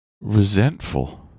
resentful